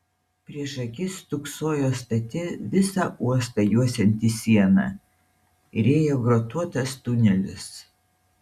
prieš akis stūksojo stati visą uostą juosianti siena ir ėjo grotuotas tunelis